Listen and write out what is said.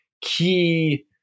key